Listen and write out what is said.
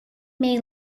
may